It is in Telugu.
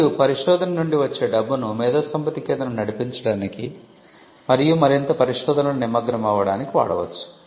మరియు పరిశోధన నుండి వచ్చే డబ్బును మేధోసంపత్తి కేంద్రం నడిపించడానికి మరియు మరింత పరిశోధనలో నిమగ్నమవ్వడానికి వాడవచ్చు